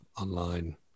online